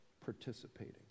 participating